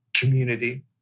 community